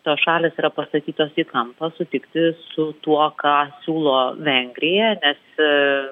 tos šalys yra pastatytos į kampą sutikti su tuo ką siūlo vengrija nes